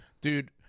Dude